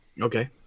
Okay